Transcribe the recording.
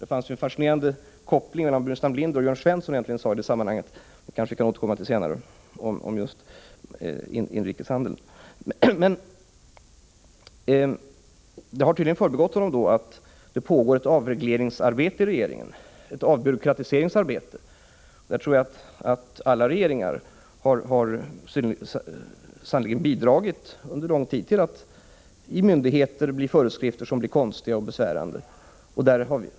Det fanns en fascinerande koppling mellan det som Burenstam Linder sade och det som Jörn Svensson sade i det sammanhanget — jag skall återkomma till just inrikeshandeln senare. Det har tydligen förbigått Burenstam Linder att det pågår ett avregleringsarbete i regeringen, ett avbyråkratiseringsarbete. Jag tror att alla regeringar under lång tid har bidragit till att ge myndigheter föreskrifter som blir konstiga och besvärande.